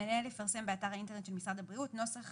המנהל יפרסם באתר האינטרנט של משרד הבריאות נוסח